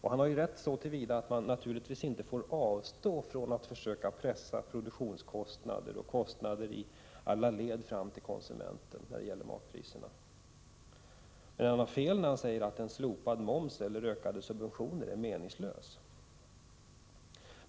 Han har rätt så till vida att man i fråga om matpriserna naturligtvis inte får avstå från att försöka pressa produktionskostnader och kostnader i alla led fram till konsumenten. Men han har fel när han säger att en slopad moms eller ökade subventioner är meningslösa.